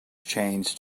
changed